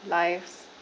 lives